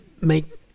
make